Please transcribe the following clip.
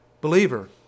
Believer